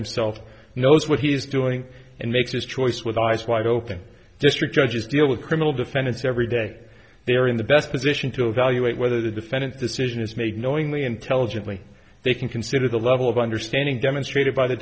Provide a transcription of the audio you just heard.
himself knows what he's doing and makes his choice with eyes wide open district judges deal with criminal defendants every day they are in the best position to evaluate whether the defendant decision is made knowingly intelligently they can consider the level of understanding